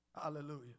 hallelujah